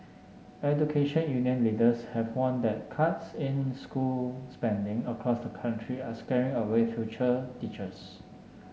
education union leaders have warned that cuts in school spending across the country are scaring away future teachers